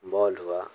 ball हुआ